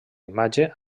imatge